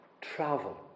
travel